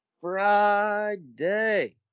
Friday